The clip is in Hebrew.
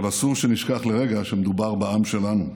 אבל אסור שנשכח לרגע שמדובר בעם שלנו,